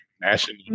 national